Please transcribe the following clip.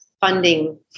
funding